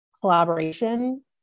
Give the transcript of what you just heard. collaboration